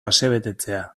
asebetetzea